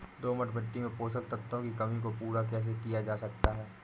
दोमट मिट्टी में पोषक तत्वों की कमी को पूरा कैसे किया जा सकता है?